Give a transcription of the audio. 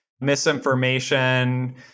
misinformation